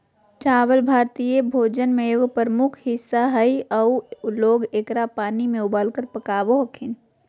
चावल भारतीय भोजन के एगो प्रमुख हिस्सा हइ आऊ लोग एकरा पानी में उबालकर पकाबो हखिन